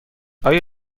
آیا